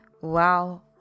wow